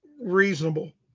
reasonable